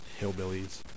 Hillbillies